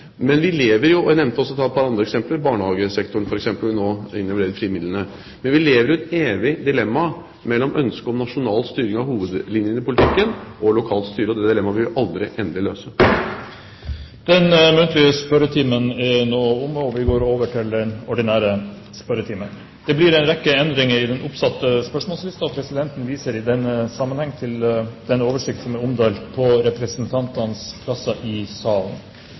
Jeg nevnte også et par andre eksempler, f.eks. er barnehagesektoren nå innlemmet i de frie midlene. Men vi lever i et evig dilemma mellom ønsket om nasjonal styring av hovedlinjene i politikken og lokalt styre, og det dilemmaet vil vi aldri endelig løse. Den muntlige spørretimen nå omme, og vi går over til den ordinære spørretimen. Det blir en rekke endringer i den oppsatte spørsmålslisten, og presidenten viser i den sammenheng til den oversikten som er omdelt på representantenes plasser i salen.